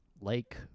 lake